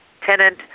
tenant